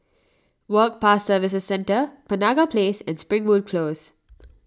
Work Pass Services Centre Penaga Place and Springwood Close